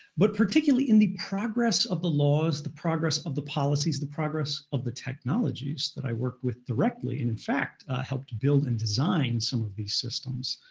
but particularly in the progress of the laws, the progress of the policies, the progress of the technologies that i work with directly, and in fact helped build and design some of these systems,